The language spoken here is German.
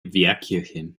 wehrkirche